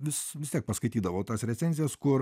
vis vis tiek paskaitydavau tas recenzijas kur